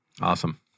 Awesome